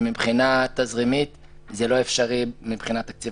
ומבחינה תזרימית זה לא אפשרי מבחינת תקציב